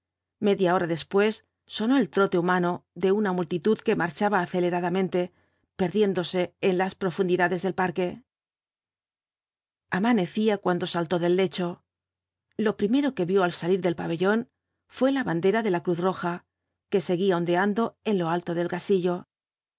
media hora después sonó el trote humano de una multitud que marchaba aceleradamente perdiéndose en las profundidades del parque amanecía cuando saltó del lecho lo primero que yió al salir del pabollóu fué la bandera de la cruz roja los cuatro jlnütlis d l apoüaupsi que segruía ondeando en lo alto del castillo